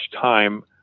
time